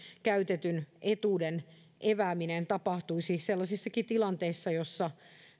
käytetty etuuden evääminen tapahtuisi sellaisissakin tilanteissa joissa